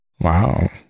Wow